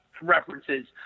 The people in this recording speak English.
references